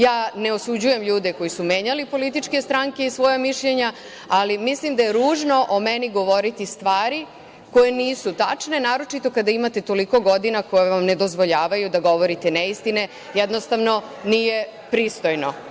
Ja ne osuđujem ljude koji su menjali političke stanke i svoja mišljenja, ali mislim da je ružno o meni govoriti stvari koje nisu tačne, naročito kada imate toliko godina koje vam ne dozvoljavaju da govorite neistine, jednostavno nije pristojno.